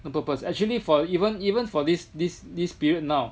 actually for even even for this this this period now